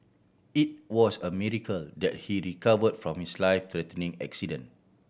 it was a miracle that he recovered from his life threatening accident